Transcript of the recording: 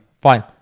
Fine